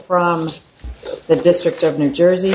from the district of new jersey